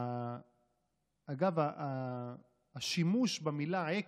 אגב, השימוש במילה "עקב"